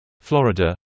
Florida